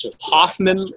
Hoffman